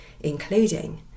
including